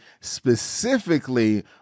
specifically